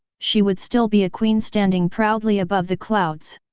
she would still be a queen standing proudly above the clouds.